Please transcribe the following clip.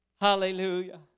Hallelujah